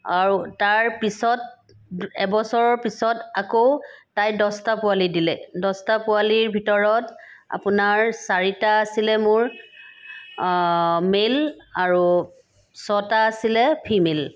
আৰু তাৰ পিছত এবছৰৰ পিছত আকৌ তাই দহটা পোৱালি দিলে দহটা পোৱালিৰ ভিতৰত আপোনাৰ চাৰিটা আছিলে মোৰ মেল আৰু ছটা আছিলে ফিমেল